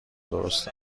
درست